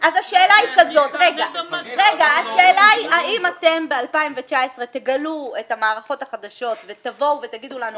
השאלה היא האם אתם ב-2019 תגלו את המערכות החדשות ותבואו ותאמרו לנו